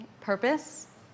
Purpose